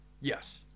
Yes